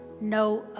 no